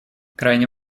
крайне